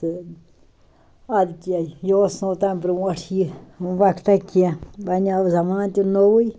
تہٕ اَدٕ کیٛاہ یہِ اوس نہٕ اوتانۍ برونٛٹھ یہِ وقتہ کیٚنہہ ؤنۍ آو زمانہٕ تہِ نووٕے